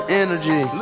energy